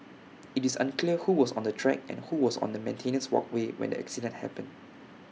IT is unclear who was on the track and who was on the maintenance walkway when the accident happened